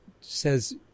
says